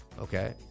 Okay